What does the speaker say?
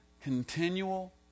continual